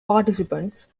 participants